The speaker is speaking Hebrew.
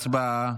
הצבעה.